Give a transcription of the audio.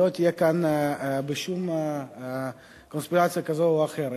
שלא יהיה כאן בשום קונספירציה כזאת או אחרת.